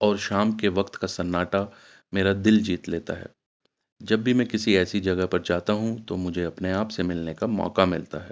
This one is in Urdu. اور شام کے وقت کا سناٹا میرا دل جیت لیتا ہے جب بھی میں کسی ایسی جگہ پر جاتا ہوں تو مجھے اپنے آپ سے ملنے کا موقع ملتا ہے